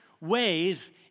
ways